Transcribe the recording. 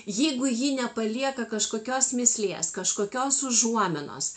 jeigu ji nepalieka kažkokios mįslės kažkokios užuominos